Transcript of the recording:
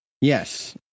Yes